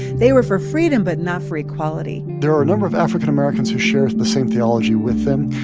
they were for freedom but not for equality there are a number of african americans who share the same theology with them,